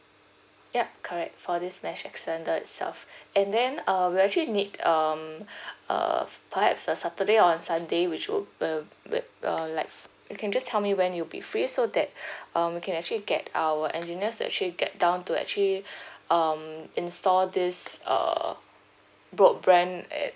yup correct for this mesh extender itself and then err we actually need um uh perhaps a saturday or on sunday which will uh where uh like you can just tell me when you'll be free so that um we can actually get our engineers to actually get down to actually um install this err broadband at